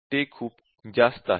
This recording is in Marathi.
ते खूप जास्त आहे